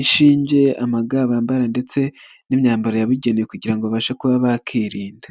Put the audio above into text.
ishinge, ama ga bambara ndetse n'imyambaro yabugenewe, kugira babashe kuba bakirinda.